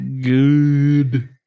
good